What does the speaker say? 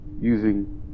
using